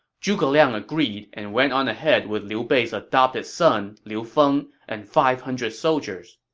zhuge liang agreed and went on ahead with liu bei's adopted son, liu feng, and five hundred soldiers